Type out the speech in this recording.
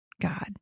God